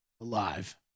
alive